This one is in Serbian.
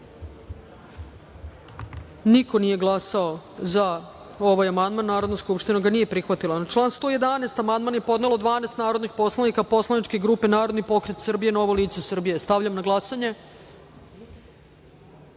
niko nije glasao za ovaj amandman. Narodna skupština ga nije prihvatila. Na član 85. amandman je podnelo 12 narodnih poslanika poslaničke grupe Narodni pokret Srbije – Novo lice Srbije. Stavljam na glasanje